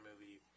movie